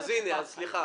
אז הנה, סליחה.